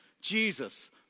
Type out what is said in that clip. Jesus